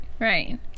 Right